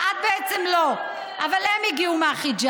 לא, לא, אה, את בעצם לא, אבל הם הגיעו מהחג'אז.